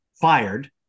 fired